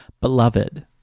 Beloved